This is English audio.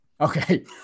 Okay